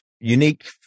unique